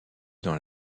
dans